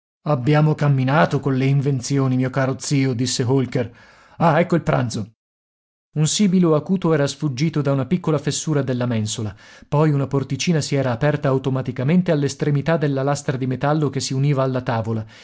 abbiamo camminato colle invenzioni mio caro zio disse holker ah ecco il pranzo un sibilo acuto era sfuggito da una piccola fessura della mensola poi una porticina si era aperta automaticamente all'estremità della lastra di metallo che si univa alla tavola